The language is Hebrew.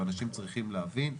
אנשים צריכים להבין,